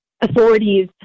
authorities